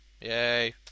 yay